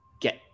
get